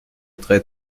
drei